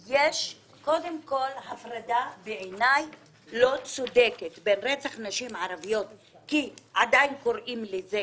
יש קודם כל הפרדה לא צודקת בין רצח נשים ערביות שעדיין קוראים לזה